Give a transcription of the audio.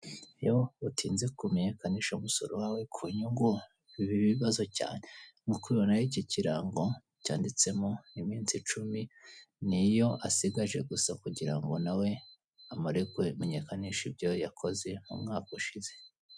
Iyo utinze kumenyekanisha umusoro wawe ku nyungu, biba ibibazo cyane. Nk'uko ubibona, ibi kirango cyanditsemo iminsi icumi, ni yo asigaje gusa kugira ngo na we amare kumenyekanisha ibyo yakoze mu mwaka ushize.